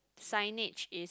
signet is